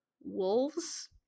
wolves